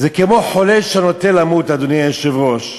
זה כמו חולה שנוטה למות, אדוני היושב-ראש,